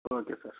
okay sir